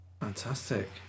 Fantastic